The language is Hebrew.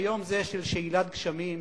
ביום זה של שאילת גשמים,